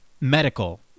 medical